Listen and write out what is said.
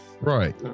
Right